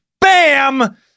Bam